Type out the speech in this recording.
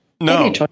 No